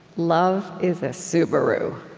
love is a subaru.